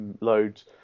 loads